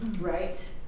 right